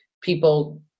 people